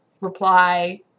reply